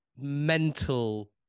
mental